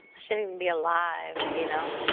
i shouldn't even be alive, you know.